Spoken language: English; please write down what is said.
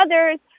others